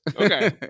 Okay